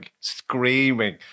screaming